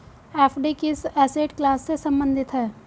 FD किस asset class से संबंधित है?